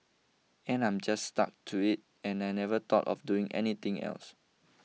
and I just stuck to it and I never thought of doing anything else